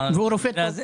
והוא רופא טוב.